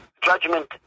judgment